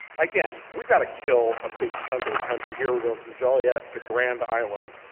again, we've got to kill a big chunk of the country here, we're going from joliette to grand island.